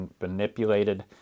manipulated